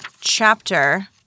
chapter